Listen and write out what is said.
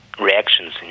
reactions